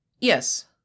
Yes